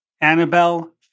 Annabelle